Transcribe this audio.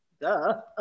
duh